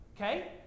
okay